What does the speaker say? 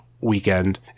weekend